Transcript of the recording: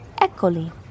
eccoli